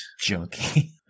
junkie